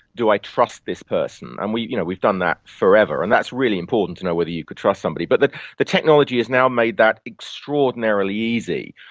do i trust this person', and we've you know we've done that forever, and that's really important, to know whether you can trust somebody. but the the technology has now made that extraordinarily easy.